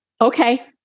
Okay